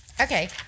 okay